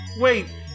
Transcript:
wait